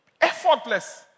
Effortless